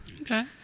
Okay